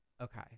okay